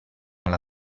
alla